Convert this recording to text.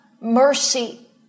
mercy